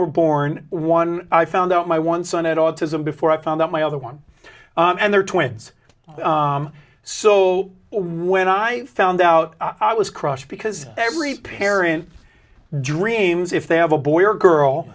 were born one i found out my one son had autism before i found out my other one and they're twins so when i fell i doubt i was crushed because every parent dreams if they have a boy or girl